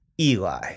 Eli